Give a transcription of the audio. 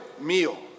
meal